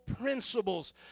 principles